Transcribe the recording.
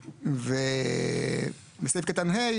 התחלנו לגעת בזה מקודם כששאלת לגבי סעיף קטן (ד),